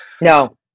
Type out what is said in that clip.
no